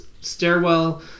stairwell